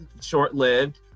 short-lived